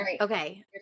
Okay